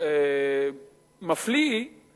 מפליאה